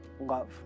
love